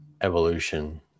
evolution